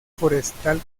forestal